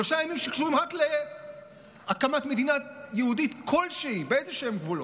אלה שלושה ימים שקשורים רק להקמת מדינה יהודית כלשהי באיזשהם גבולות.